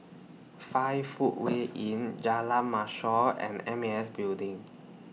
five Footway Inn Jalan Mashor and M A S Building